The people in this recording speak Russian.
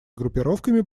группировками